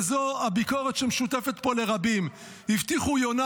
וזו הביקורת שמשותפת פה לרבים: הבטיחו יונה